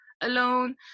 alone